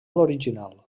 original